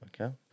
Okay